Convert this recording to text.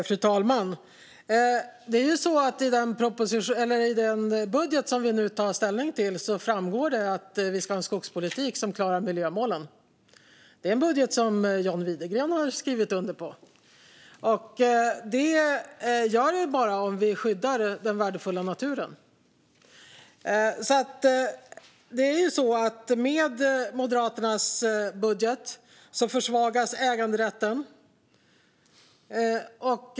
Fru talman! I den budget som vi nu tar ställning till framgår att vi ska ha en skogspolitik som klarar miljömålen, och det gör vi bara om vi skyddar den värdefulla naturen. Det är en budget som John Widegren har skrivit under på. Med Moderaternas budget försvagas äganderätten.